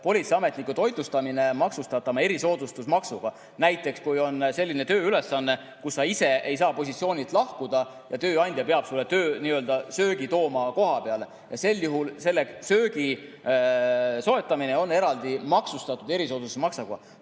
politseiametniku toitlustamist maksustatama erisoodustusmaksuga. Näiteks, kui on selline tööülesanne, kus sa ise ei saa positsioonilt lahkuda ja tööandja peab sulle tööl nii-öelda söögi kohapeale tooma, siis sel juhul selle söögi soetamine on eraldi maksustatud erisoodustusmaksuga.